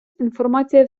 інформація